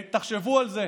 תחשבו על זה,